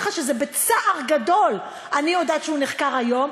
שבצער גדול אני יודעת שהוא נחקר היום,